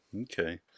Okay